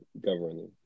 governing